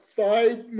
five